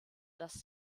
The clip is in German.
dass